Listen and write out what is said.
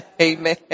Amen